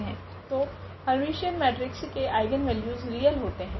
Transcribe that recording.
तो Hermitian matrix के eigenvalues real होते है